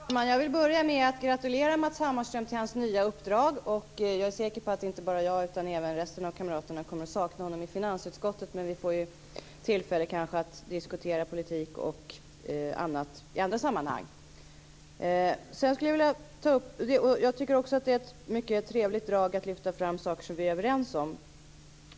Herr talman! Jag vill börja med att gratulera Matz Hammarström till hans nya uppdrag. Jag är säker på att inte bara jag utan även resten av kamraterna kommer att sakna honom i finansutskottet, men vi får kanske tillfälle att diskutera politik och annat i andra sammanhang. Jag tycker också att det är ett mycket trevligt drag att lyfta fram saker som vi är överens om.